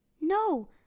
No